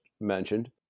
mentioned